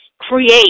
create